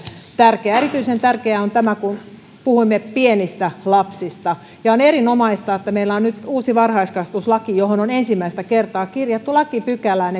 tärkeää erityisen tärkeää on tämä kun puhumme pienistä lapsista ja on erinomaista että meillä on nyt uusi varhaiskasvatuslaki johon on ensimmäistä kertaa kirjattu lakipykälään